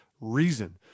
reason